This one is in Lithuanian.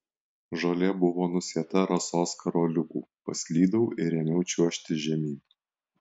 žolė buvo nusėta rasos karoliukų paslydau ir ėmiau čiuožti žemyn